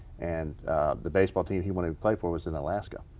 and the baseball team he wanted to play for was in alaska.